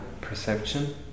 perception